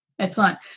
Excellent